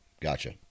gotcha